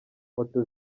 moto